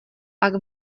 pak